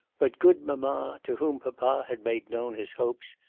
but good mamma, to whom papa had made known his hopes,